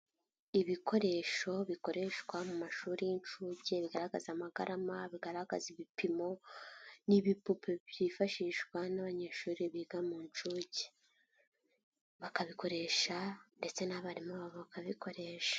Ibikoresho bikoreshwa mu mashuri y'incuke, bigaragaza amagarama, bigaragaza ibipimo, ni ibipupe byifashishwa n'abanyeshuri biga mu ncuke, bakabikoresha ndetse n'abarimu babo bakabikoresha.